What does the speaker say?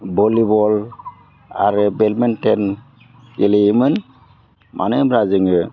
volleyball आरो badminton गेलेयोमोन मानो होनब्ला जोङो